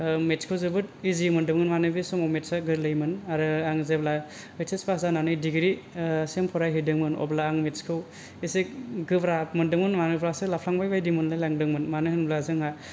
मेटस खौ जोबोत इजि मोनदोंमोन माने बे समाव मेटस आ गोरलैमोन आरो आं जेब्ला ओइस एस फास जानानै डिग्रि सिम फरायहैदोंमोन अब्ला आं मेटस खौ एसे गोब्राब मोनदोंमोन मानोबासो लाफ्लांबायदोंमोन मोनो होनब्ला जोंहा